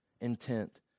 intent